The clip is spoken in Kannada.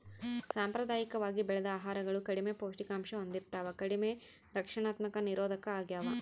ಸಾಂಪ್ರದಾಯಿಕವಾಗಿ ಬೆಳೆದ ಆಹಾರಗಳು ಕಡಿಮೆ ಪೌಷ್ಟಿಕಾಂಶ ಹೊಂದಿರ್ತವ ಕಡಿಮೆ ರಕ್ಷಣಾತ್ಮಕ ನಿರೋಧಕ ಆಗ್ಯವ